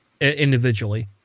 individually